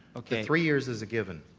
okay. three years is a given.